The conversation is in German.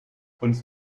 uns